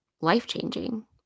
life-changing